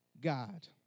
God